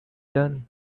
done